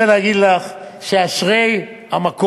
אני רוצה להגיד לך שאשרי המקום